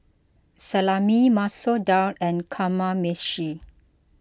Salami Masoor Dal and Kamameshi